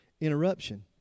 interruption